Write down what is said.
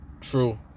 True